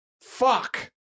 Fuck